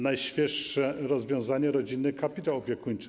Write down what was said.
Najświeższe rozwiązanie to rodzinny kapitał opiekuńczy.